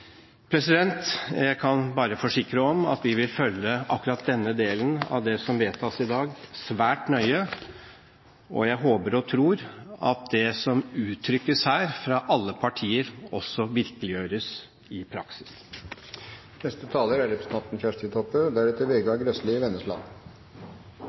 det. Jeg kan bare forsikre om at vi vil følge akkurat denne delen av det som vedtas i dag, svært nøye. Og jeg håper og tror at det som uttrykkes her fra alle partier, også virkeliggjøres i